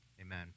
Amen